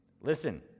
Listen